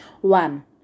One